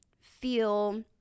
feel